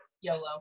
YOLO